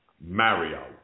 Mario